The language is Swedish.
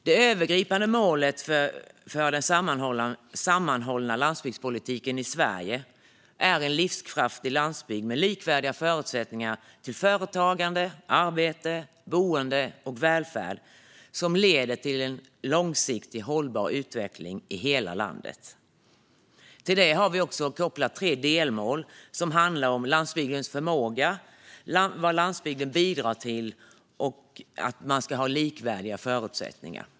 Det övergripande målet för den sammanhållna landsbygdspolitiken i Sverige är en livskraftig landsbygd med likvärdiga förutsättningar för företagande, arbete, boende och välfärd som leder till en långsiktigt hållbar utveckling i hela landet. Till detta har vi kopplat tre delmål som handlar om landsbygdens förmåga, vad landsbygden bidrar till och att landsbygden ska ha likvärdiga förutsättningar.